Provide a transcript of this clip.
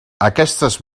aquestes